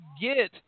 get